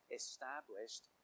established